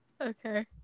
okay